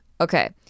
Okay